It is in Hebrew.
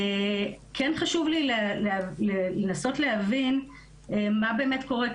כן חשוב לי לנסות להבין מה באמת קורה,